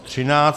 13.